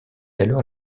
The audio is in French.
alors